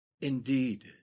Indeed